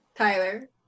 Tyler